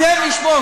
השם ישמור,